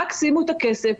רק שימו את הכסף,